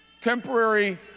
temporary